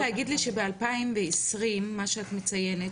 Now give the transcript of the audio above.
את רוצה להגיד לי שב- 2020 מה שאת מציינת,